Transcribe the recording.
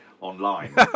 online